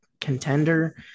contender